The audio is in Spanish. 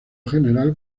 general